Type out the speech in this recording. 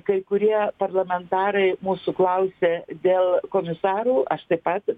kai kurie parlamentarai mūsų klausė dėl komisarų aš taip pat